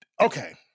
okay